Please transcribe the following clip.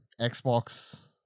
Xbox